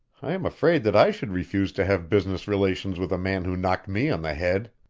i am afraid that i should refuse to have business relations with a man who knocked me on the head.